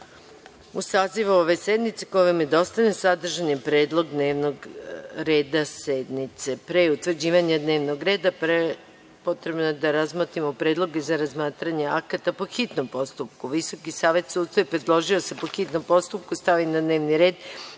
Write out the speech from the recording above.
saziv ove sednice koji vam je dostavljen, sadržan je predlog dnevnog reda sednice. Pre utvrđivanja dnevnog reda potrebno je da razmotrimo predloge za razmatranje akata po hitnom postupku. Visoki savet sudstva je predložio da se po hitnom postupku stavi na dnevni red